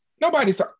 Nobody's